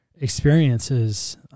experiences